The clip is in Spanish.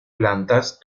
plantas